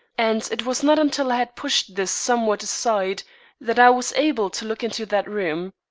and it was not until i had pushed this somewhat aside that i was able to look into that room.